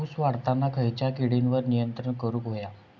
ऊस वाढताना खयच्या किडींवर नियंत्रण करुक व्हया?